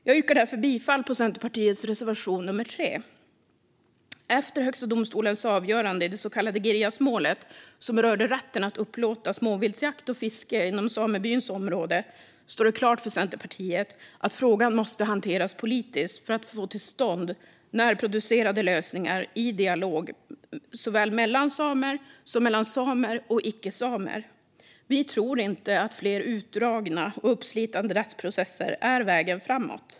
Jag yrkar därför bifall till Centerpartiets reservation, nummer 3. Efter Högsta domstolens avgörande i det så kallade Girjasmålet, som rörde rätten att upplåta småviltsjakt och fiske inom samebyns område, står det klart för Centerpartiet att frågan måste hanteras politiskt för att få till stånd närproducerade lösningar i dialog såväl mellan samer som mellan samer och icke-samer. Vi tror inte att fler utdragna och uppslitande rättsprocesser är vägen framåt.